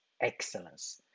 excellence